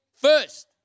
first